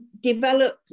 develop